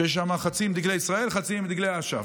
שיש שם חצי עם דגלי ישראל וחצי עם דגלי אש"ף,